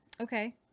Okay